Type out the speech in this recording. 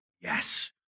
yes